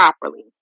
properly